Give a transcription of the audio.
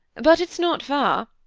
but it's not far,